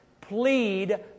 Plead